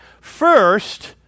First